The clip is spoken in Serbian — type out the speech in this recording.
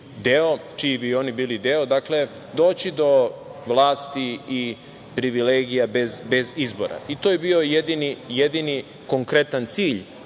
čiji bi i oni bili deo, dakle, doći do vlasti i privilegija bez izbora. To je bio jedini konkretan cilj